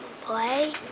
play